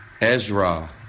Ezra